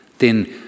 Den